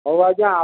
ହଉ ଆଜ୍ଞା